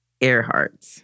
Earhart